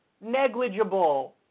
Negligible